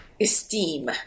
esteem